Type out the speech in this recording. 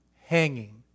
hanging